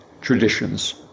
traditions